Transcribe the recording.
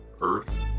Earth